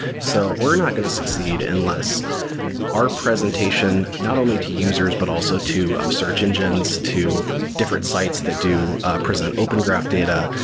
so we're not going to succeed unless our presentation not only to users but also to um search engines, to different sites that do present open graph data,